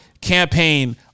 campaign